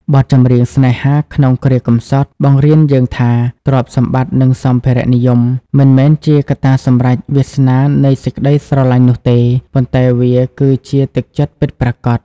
បទចម្រៀង "ស្នេហាក្នុងគ្រាកម្សត់" បង្រៀនយើងថា ទ្រព្យសម្បត្តិ និងសម្ភារៈនិយម មិនមែនជាកត្តាសម្រេចវាសនានៃសេចក្តីស្រឡាញ់នោះទេ ប៉ុន្តែវាគឺជាទឹកចិត្តពិតប្រាកដ។